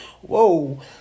whoa